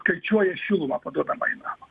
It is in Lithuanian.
skaičiuoja šilumą paduodamą į namą